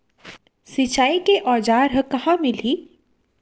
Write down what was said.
सिंचाई के औज़ार हा कहाँ मिलही?